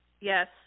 Yes